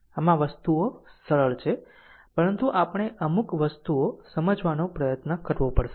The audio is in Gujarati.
આમ વસ્તુઓ સરળ છે પરંતુ આપણે અમુક વસ્તુઓ સમજવાનો પ્રયત્ન કરવો પડશે